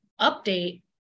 update